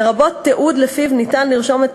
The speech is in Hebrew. לרבות תיעוד שלפיו ניתן לרשום את